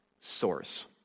source